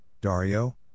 Dario